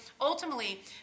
ultimately